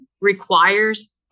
requires